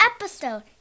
episode